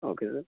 okay sir